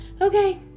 okay